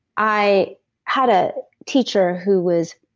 i had a teacher who was.